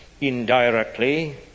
indirectly